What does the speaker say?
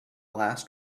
last